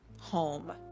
home